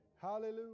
Hallelujah